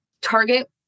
Target